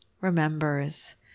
remembers